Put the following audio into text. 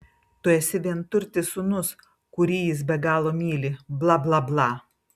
tu esi vienturtis sūnus kurį jis be galo myli bla bla bla